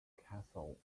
castle